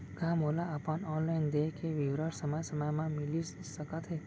का मोला अपन ऑनलाइन देय के विवरण समय समय म मिलिस सकत हे?